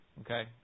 Okay